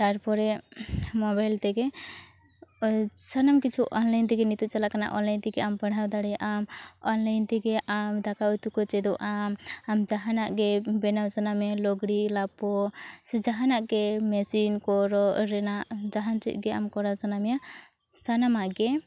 ᱛᱟᱨᱯᱚᱨᱮ ᱢᱳᱵᱟᱭᱤᱞ ᱛᱮᱜᱮ ᱥᱟᱱᱟᱢ ᱠᱤᱪᱷᱩ ᱚᱱᱞᱟᱭᱤᱱ ᱛᱮᱜᱮ ᱱᱤᱛᱚᱜ ᱪᱟᱞᱟᱜ ᱠᱟᱱᱟ ᱚᱱᱞᱟᱭᱤᱱ ᱛᱮᱜᱮ ᱟᱢ ᱯᱟᱲᱦᱟᱣ ᱫᱟᱲᱮᱭᱟᱜᱼᱟᱢ ᱚᱱᱞᱟᱭᱤᱱ ᱛᱮᱜᱮ ᱟᱢ ᱫᱟᱠᱟ ᱩᱛᱩᱠᱚ ᱪᱮᱫᱚᱜᱼᱟᱢ ᱟᱢ ᱡᱟᱦᱟᱱᱟᱜ ᱜᱮ ᱵᱮᱱᱟᱣ ᱥᱟᱱᱟᱢᱮᱭᱟ ᱞᱚᱜᱽᱲᱤ ᱞᱟᱯᱚ ᱥᱮ ᱡᱟᱦᱟᱱᱟᱜ ᱜᱮ ᱢᱮᱥᱤᱱ ᱠᱚ ᱨᱚᱜ ᱨᱮᱱᱟᱜ ᱡᱟᱦᱟᱱ ᱪᱮᱫᱜᱮ ᱟᱢ ᱠᱚᱨᱟᱣ ᱥᱟᱱᱟᱢᱮᱭᱟ ᱥᱟᱱᱟᱢᱟᱜ ᱜᱮ